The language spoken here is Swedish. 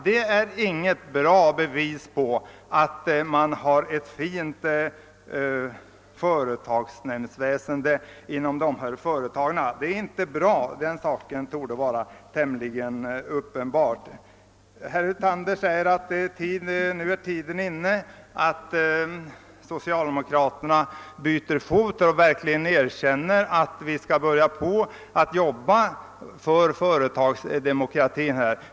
Det är, menar jag, inget bra bevis på att man har ett fint fungerande företagsnämndsväsen inom dessa företag. Att det inte är bra torde vara uppenbart. Herr Hyltander säger att tiden nu är inne för socialdemokraterna att byta fot och börja jobba för företagsdemokrati.